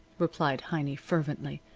replied heiny, fervently.